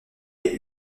est